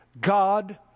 God